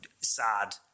sad